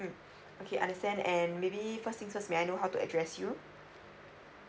mm okay understand and maybe first thing first may I know how to address you